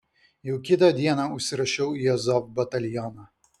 jau kitą dieną užsirašiau į azov batalioną